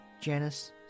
Janice